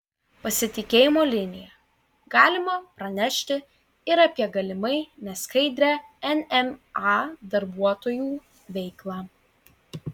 pasitikėjimo linija galima pranešti ir apie galimai neskaidrią nma darbuotojų veiklą